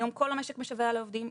היום כל המשק משווע לעובדים,